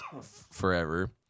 forever